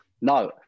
No